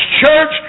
church